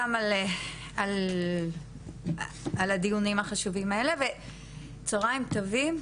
גם על הדיונים החשובים האלה וצוהריים טובים.